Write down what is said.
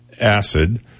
acid